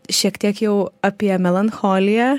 šiek tiek jau apie melancholiją